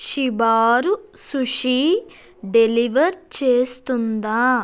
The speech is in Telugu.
షిబారు సుషీ డెలివర్ చేస్తుందా